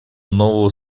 нового